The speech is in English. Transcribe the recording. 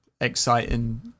exciting